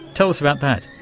tell us about that.